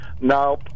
Now